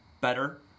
better